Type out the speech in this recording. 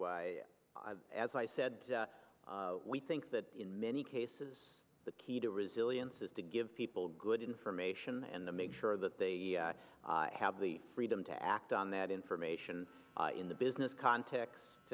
you as i said we think that in many cases the key to resilience is to give people good information and to make sure that they have the freedom to act on that information in the business context